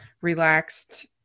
relaxed